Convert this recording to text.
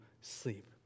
sleep